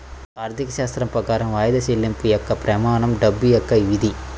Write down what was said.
ఆర్థికశాస్త్రం ప్రకారం వాయిదా చెల్లింపు యొక్క ప్రమాణం డబ్బు యొక్క విధి